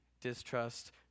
distrust